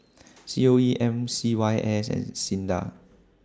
C O E M C Y S and SINDA